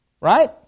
Right